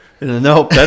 no